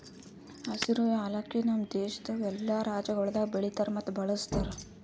ಹಸಿರು ಯಾಲಕ್ಕಿ ನಮ್ ದೇಶದಾಗ್ ಎಲ್ಲಾ ರಾಜ್ಯಗೊಳ್ದಾಗ್ ಬೆಳಿತಾರ್ ಮತ್ತ ಬಳ್ಸತಾರ್